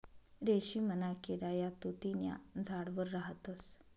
रेशीमना किडा या तुति न्या झाडवर राहतस